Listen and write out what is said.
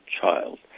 child